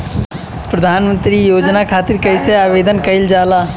प्रधानमंत्री योजना खातिर कइसे आवेदन कइल जाला?